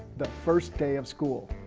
the first day of school.